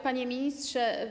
Panie Ministrze!